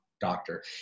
doctor